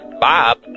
Bob